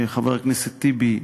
חבר הכנסת טיבי,